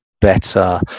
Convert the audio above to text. better